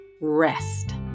rest